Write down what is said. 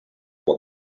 what